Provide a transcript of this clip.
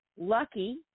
Lucky